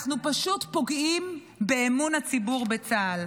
אנחנו פשוט פוגעים באמון הציבור בצה"ל.